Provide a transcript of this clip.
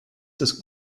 des